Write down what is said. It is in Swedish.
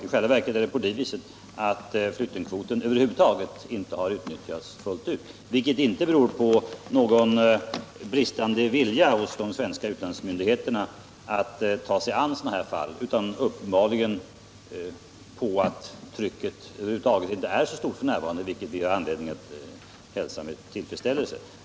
I själva verket har flyktingkvoten hittills i år inte utnyttjats fullt ut, vilket inte beror på någon bristande vilja hos de svenska utlandsmyndigheterna att ta sig an sådana här fall, utan uppenbarligen på att trycket inte är så stort f. n., vilket vi har anledning att hälsa med tillfredsställelse.